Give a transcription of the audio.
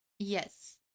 Yes